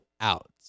out